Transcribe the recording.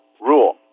rule